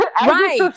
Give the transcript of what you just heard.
Right